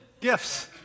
Gifts